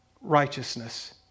righteousness